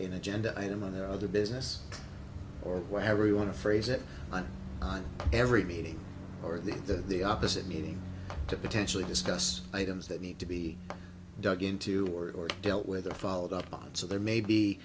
in agenda item on the other business or wherever we want to phrase it and on every meeting or the to the opposite meeting to potentially discuss items that need to be dug into or dealt with or followed up on so there may be